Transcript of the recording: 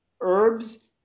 herbs